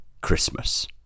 Christmas